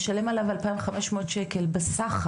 משלם עליו אלפיים חמש מאות שקל בסחר,